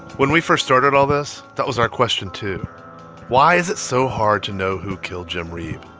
when we first started all this, that was our question, too why is it so hard to know who killed jim reeb?